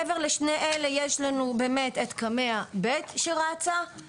מעבר לשני אלה יש לנו באמת את קמ"ע ב' שרצה,